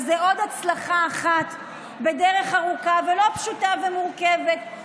וזו עוד הצלחה אחת בדרך ארוכה ולא פשוטה ומורכבת,